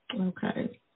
Okay